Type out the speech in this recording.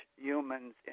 humans